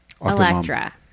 Electra